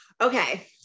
okay